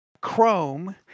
Chrome